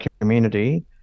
community